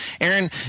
Aaron